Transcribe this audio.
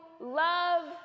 love